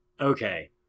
okay